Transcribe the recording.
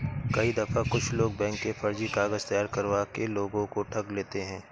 कई दफा कुछ लोग बैंक के फर्जी कागज तैयार करवा कर लोगों को ठग लेते हैं